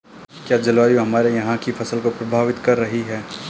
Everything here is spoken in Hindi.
क्या जलवायु हमारे यहाँ की फसल को प्रभावित कर रही है?